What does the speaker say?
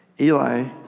Eli